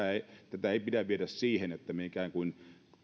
tätä ei pidä viedä siihen että me ikään kuin